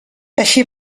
així